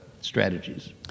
strategies